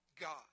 God